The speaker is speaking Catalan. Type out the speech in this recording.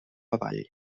avall